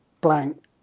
blank